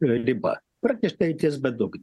riba praktiškai ties bedugne